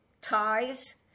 ties